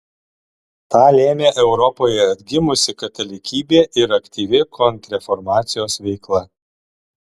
tą lėmė europoje atgimusi katalikybė ir aktyvi kontrreformacijos veikla